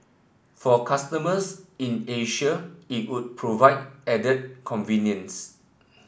for customers in Asia it would provide added convenience